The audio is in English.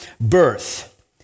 birth